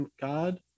God